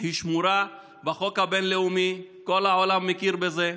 שמורות בחוק הבין-לאומי, כל העולם מכיר בזה,